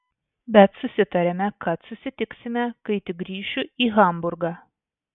bet susitarėme kad susitiksime kai tik grįšiu į hamburgą